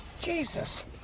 Jesus